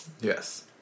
Yes